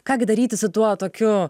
ką gi daryti su tuo tokiu